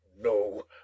No